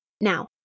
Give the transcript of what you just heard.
Now